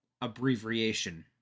abbreviation